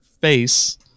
face